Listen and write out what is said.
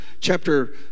chapter